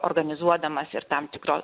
organizuodamas ir tam tikro